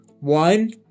One